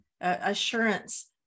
assurance